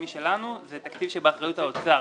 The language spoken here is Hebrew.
זה תקציב שבאחריות משרד האוצר.